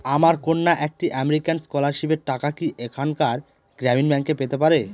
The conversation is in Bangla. আমার কন্যা একটি আমেরিকান স্কলারশিপের টাকা কি এখানকার গ্রামীণ ব্যাংকে পেতে পারে?